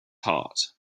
heart